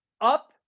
up